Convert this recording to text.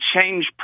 change